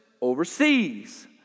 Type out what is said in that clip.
overseas